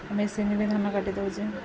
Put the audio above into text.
machine ବି ଧାନ କାଟି ଦେଉଛି